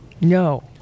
No